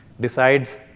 decides